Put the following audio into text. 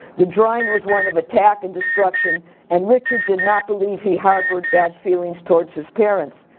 the drawing was one of attack and destruction and richard did not believe he harbored bad feelings toward so his parents.